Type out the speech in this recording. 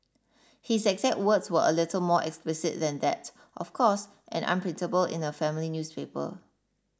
his exact words were a little more explicit than that of course and unprintable in a family newspaper